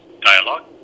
dialogue